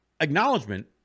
acknowledgement